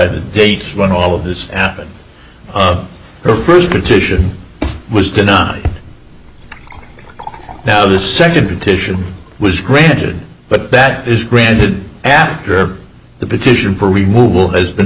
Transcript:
the date when all of this happened her first petition was denied now the second petition was granted but that is granted after the petition for removeable has been